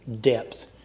depth